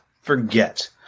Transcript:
forget